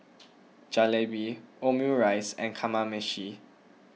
Jalebi Omurice and Kamameshi